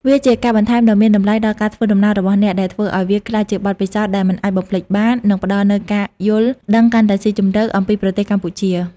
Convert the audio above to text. វាជាការបន្ថែមដ៏មានតម្លៃដល់ការធ្វើដំណើររបស់អ្នក ដែលធ្វើឱ្យវាក្លាយជាបទពិសោធន៍ដែលមិនអាចបំភ្លេចបាន និងផ្តល់នូវការយល់ដឹងកាន់តែស៊ីជម្រៅអំពីប្រទេសកម្ពុជា។